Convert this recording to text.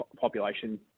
population